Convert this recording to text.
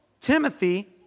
Timothy